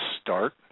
start